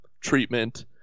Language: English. treatment